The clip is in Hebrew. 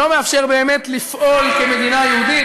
שלא מאפשר באמת לפעול כמדינה יהודית,